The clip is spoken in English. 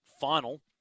final